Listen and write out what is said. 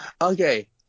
Okay